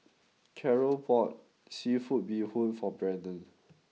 Carroll bought Seafood Bee Hoon for Brennon